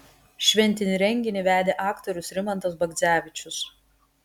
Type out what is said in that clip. šventinį renginį vedė aktorius rimantas bagdzevičius